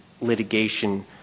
litigation